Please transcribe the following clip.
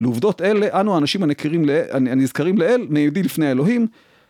לעובדות אלה אנו האנשים הנזכרים לאל נהידים לפני אלוהים